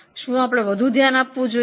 શું આપણે વધુ ધ્યાન આપવું જોઈએ